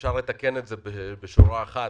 אפשר לתקן את זה בשורה אחת,